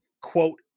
quote